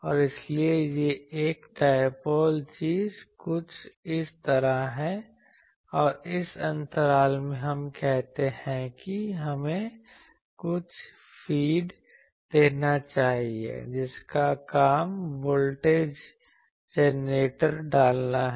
और इसलिए एक डायपोल चीज कुछ इस तरह है और इस अंतराल में हम कहते हैं कि हमें कुछ फीड देना चाहिए जिसका काम वोल्टेज जनरेटर डालना है